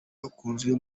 bakunzwe